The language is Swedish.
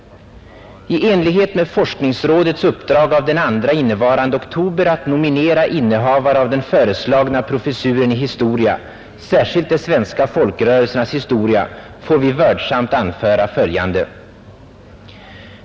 I enlighet med forskningsrådets uppdrag av den 2 innevarande oktober att nominera innehavare av den föreslagna professuren i historia, särskilt de svenska folkrörelsernas historia, får vi vördsamt anföra följande.